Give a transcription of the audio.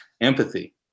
empathy